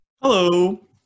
Hello